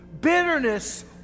Bitterness